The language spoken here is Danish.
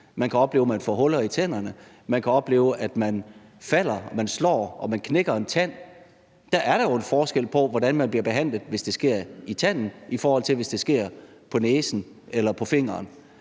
Man kan opleve, at man får huller i tænderne. Man kan opleve, at man falder, slår sig og knækker en tand. Der er der jo en forskel på, hvordan man bliver behandlet, hvis det sker i tanden, i forhold til hvis det sker på næsen eller på fingeren.